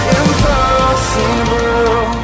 impossible